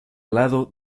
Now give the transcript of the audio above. lado